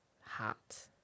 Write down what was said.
Hot